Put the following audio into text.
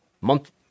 month